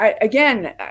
Again